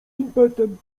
impetem